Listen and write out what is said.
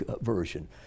version